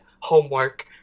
homework